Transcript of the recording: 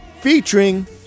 featuring